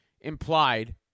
implied